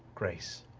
grace,